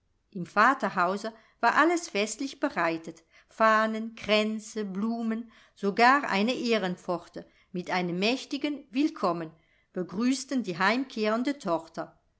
im vaterhause war alles festlich bereitet fahnen kränze blumen sogar eine ehrenpforte mit einem mächtigen willkommen begrüßten die heimkehrende tochter